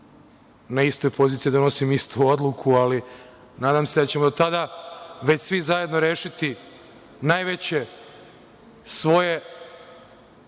na istoj poziciji i da donosim istu odluku, ali nadam se da ćemo tada već svi zajedno rešiti svoje